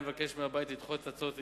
אני מבקש מהבית לדחות את הצעת האי-אמון.